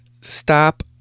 stop